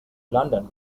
london